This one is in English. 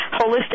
holistic